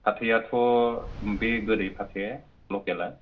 फाथैयाथ' बे गोदै फाथैया लखेला